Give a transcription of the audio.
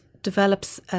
develops